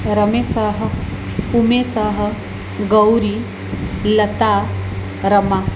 रमेशः उमेशः गौरी लता रमा